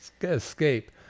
escape